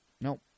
nope